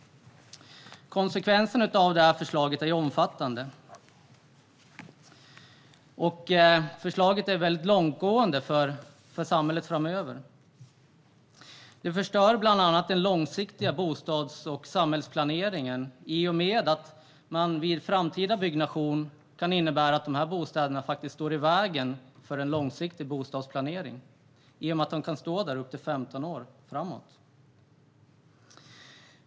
Konsekvenserna av förslaget skulle bli omfattande, och förslaget är väldigt långtgående för samhället framöver. Bland annat skulle den långsiktiga bostads och samhällsplaneringen förstöras - vid framtida byggnation kan bostäderna som har uppförts med tidsbegränsade bygglov stå i vägen för en långsiktig bostadsplanering, eftersom de kan stå kvar i upp till 15 år.